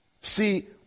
See